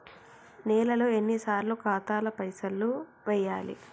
నెలలో ఎన్నిసార్లు ఖాతాల పైసలు వెయ్యాలి?